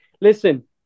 listen